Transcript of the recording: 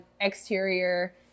exterior